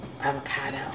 avocado